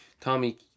Tommy